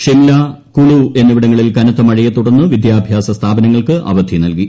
ഷിംല കുളു എന്നിവിടങ്ങളിൽ കനത്ത മഴയെത്തുടർന്ന് വിദ്യാഭ്യാസ സ്ഥാപനങ്ങൾക്ക് അവധി നൽകി